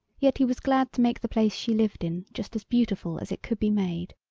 yet he was glad to make the place she lived in just as beautiful as it could be made.